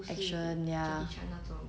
action ya